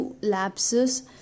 lapses